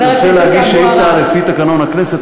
אם אתה רוצה להגיש שאילתה לפי תקנון הכנסת,